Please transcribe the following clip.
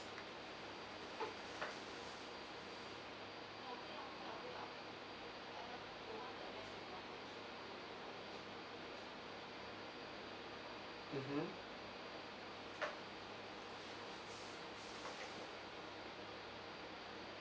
mmhmm